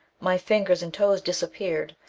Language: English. my fingers and toes disappeared,